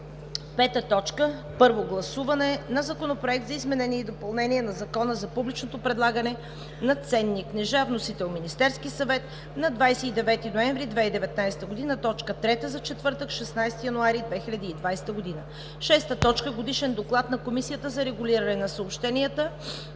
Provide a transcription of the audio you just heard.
2020 г. 5. Първо гласуване на Законопроекта за изменение и допълнение на Закона за публичното предлагане на ценни книжа. Вносител – Министерският съвет на 29 ноември 2019 г., точка трета за четвъртък – 16 януари 2020 г. 6. Годишен доклад на Комисията за регулиране на съобщенията